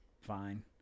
fine